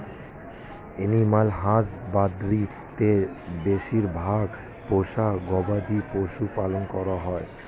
animal husbandry তে বেশিরভাগ পোষ্য গবাদি পশু পালন করা হয়